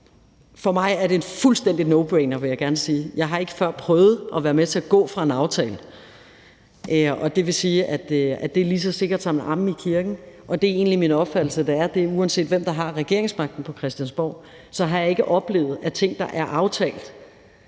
For mig er det en fuldstændig nobrainer, vil jeg gerne sige. Jeg har ikke før prøvet at være med til at gå fra en aftale, og det vil sige, at det er lige så sikkert som amen i kirken. Og det er egentlig min opfattelse, at det er det, uanset hvem der har regeringsmagten på Christiansborg. Jeg har ikke oplevet, at ting, der er aftalt